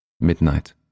Midnight